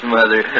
Mother